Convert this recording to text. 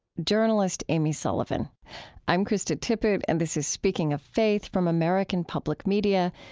journalist amy sullivan i'm krista tippett and this is speaking of faith from american public media.